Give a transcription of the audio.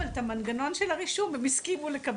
אבל את המנגנון של הרישום הם הסכימו לקבל.